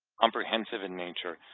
comprehensive in nature,